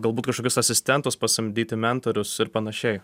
galbūt kažkokius asistentus pasamdyti mentorius ir panašiai